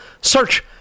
Search